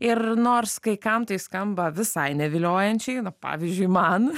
ir nors kai kam tai skamba visai neviliojančiai pavyzdžiui man